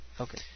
Okay